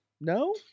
No